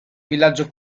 villaggio